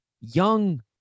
young